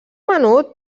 menut